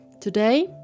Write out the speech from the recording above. Today